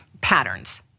patterns